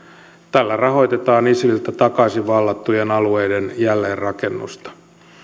tällä rahoitetaan isililtä takaisin vallattujen alueiden jälleenrakennusta